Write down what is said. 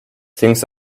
thinks